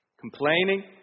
Complaining